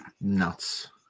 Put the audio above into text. Nuts